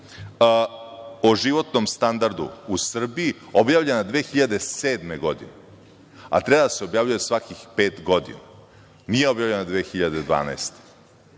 o životnom standardu u Srbiji objavljena 2007. godine, a treba da se objavljuje svakih pet godina. Nije objavljena 2012.